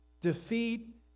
defeat